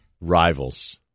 Rivals